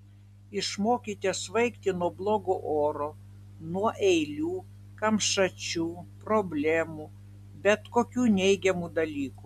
išmokite svaigti nuo blogo oro nuo eilių kamšačių problemų bet kokių neigiamų dalykų